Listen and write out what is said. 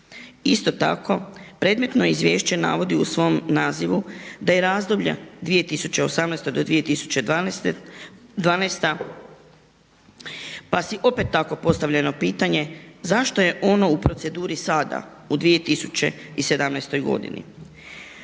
Isto tako predmetno izvješće navodi u svom nazivu da je razdoblje …/Govornik se ne razumije./… do 2012. pa si opet tako postavljeno pitanje zašto je ono u proceduri sada u 2017. godini?